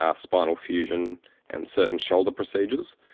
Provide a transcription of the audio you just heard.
ah spinal fusion and certain shoulder procedures.